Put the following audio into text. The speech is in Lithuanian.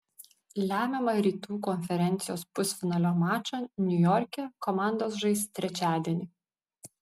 lemiamą rytų konferencijos pusfinalio mačą niujorke komandos žais trečiadienį